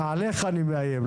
עליך אני מאיים,